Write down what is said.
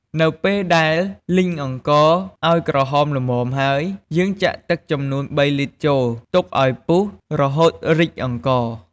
នៅពេលដែលលីងអង្ករឱ្យក្រហមល្មមហើយ យើងចាក់ទឹកចំនួន ៣ លីត្រចូល ទុកឱ្យពុះ រហូតរីកអង្ករ។